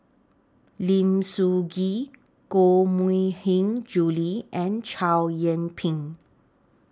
Lim Soo Ngee Koh Mui Hiang Julie and Chow Yian Ping